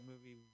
movie